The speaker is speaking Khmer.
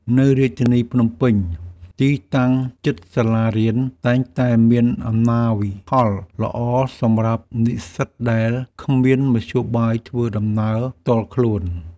នៅរាជធានីភ្នំពេញ ទីតាំងជិតសាលារៀនតែងតែមានអំណោយផលល្អសម្រាប់និស្សិតដែលគ្មានមធ្យោបាយធ្វើដំណើរផ្ទាល់ខ្លួន។